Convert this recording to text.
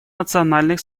национальных